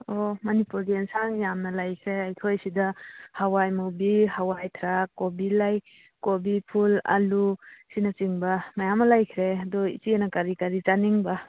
ꯑꯣ ꯃꯅꯤꯄꯨꯔꯒꯤ ꯌꯦꯟꯁꯥꯡ ꯌꯥꯝꯅ ꯂꯩꯈ꯭ꯔꯦ ꯑꯩꯈꯣꯏ ꯁꯤꯗ ꯍꯋꯥꯏ ꯃꯨꯕꯤ ꯍꯋꯥꯏ ꯊ꯭ꯔꯥꯛ ꯀꯣꯕꯤ ꯂꯩ ꯀꯣꯕꯤ ꯐꯨꯜ ꯑꯥꯂꯨ ꯑꯁꯤꯅꯆꯤꯡꯕ ꯃꯌꯥꯝ ꯑꯃ ꯂꯩꯈ꯭ꯔꯦ ꯑꯗꯨ ꯏꯆꯦꯅ ꯀꯔꯤ ꯀꯔꯤ ꯆꯥꯅꯤꯡꯕ